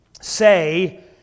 say